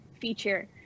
feature